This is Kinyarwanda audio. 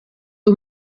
iyo